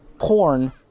porn